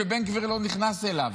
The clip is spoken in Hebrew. שבן גביר לא נכנס אליו.